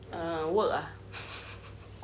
err work ah